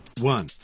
one